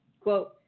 quote